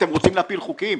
אתם רוצים להפיל חוקים?